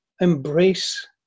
embrace